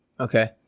Okay